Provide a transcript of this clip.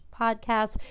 podcast